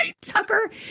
Tucker